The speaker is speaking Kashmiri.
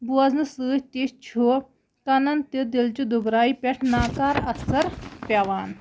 بوزنہٕ سۭتۍ تہِ چھُ کَنَن تہٕ دِلچہِ دُبراے پٮ۪ٹھ ناکار اَثر پیٚوان